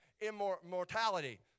immortality